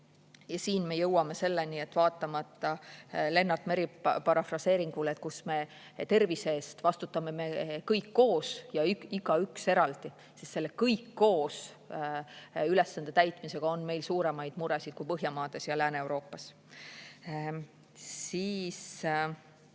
siin me jõuame selleni, et vaatamata Lennart Meri parafraseeringule, et me tervise eest vastutame kõik koos ja igaüks eraldi, siis selle kõik-koos-ülesande täitmisega on meil suuremaid muresid kui Põhjamaades ja Lääne-Euroopas. Eraldi